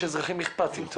יש אזרחים אכפתיים,